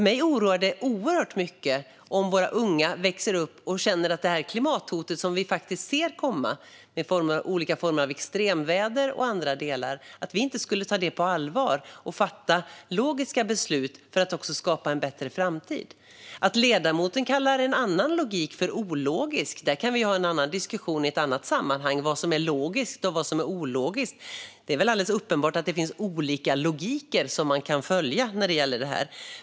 Mig oroar det nämligen oerhört mycket om våra unga växer upp och känner att vi inte tar klimathotet, som vi faktiskt ser komma i olika former med extremväder och annat, på allvar eller att vi inte fattar logiska beslut för att skapa en bättre framtid. Ledamoten kallar en annan logik för ologisk. Vi kan ha en diskussion i ett annat sammanhang om vad som är logiskt och ologiskt. Det är uppenbart att det finns olika logiker man kan följa när det gäller det här.